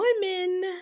women